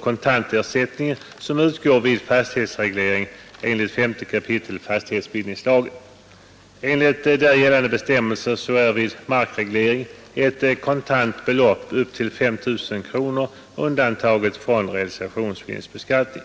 kontantersättningen, som utgår vid fastighetsreglering enligt 5 kap. fastighetsbildningslagen. Enligt gällande bestämmelser är vid markregleringen ett kontant belopp upp till 5 000 kronor undantaget från realisationsvinstbeskattning.